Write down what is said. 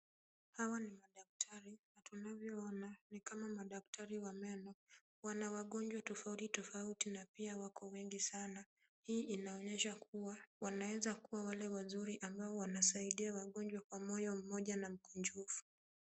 Hawa ni madaktari, na tunavyoona ni kama madaktari wa meno. Wana wagonjwa tofauti na pia wako wengi sana. Hii inaonyesha kuwa wanaeza kuwa wale wazuri ambao wanasaidia wagonjwa kwa moyo mmoja na mkunjufu.